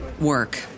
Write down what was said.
work